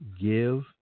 give